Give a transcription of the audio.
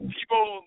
people